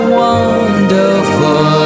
wonderful